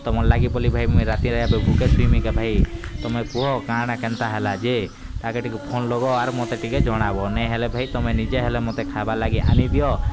ତୁମର୍ ଲାଗି ବୋଲି ଭାଇ ମୁଇଁ ରାତିରେ ଏବେ ଭୁକେ ଶୋଇମି କେ ଭାଇ ତୁମେ କୁହ କାଣା କେନ୍ତା ହେଲା ଯେ ତା କେ ଟିକେ ଫୋନ୍ ଲଗ ଆର୍ ମୋତେ ଟିକେ ଜଣାବ ନେଇ ହେଲେ ଭାଇ ତୁମେ ନିଜେ ହେଲେ ମୋତେ ଖାଇବାର୍ ଲାଗି ଆନିଦିଅ